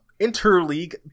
interleague